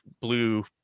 blue